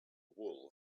wool